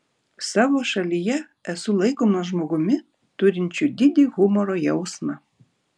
savo šalyje esu laikomas žmogumi turinčiu didį humoro jausmą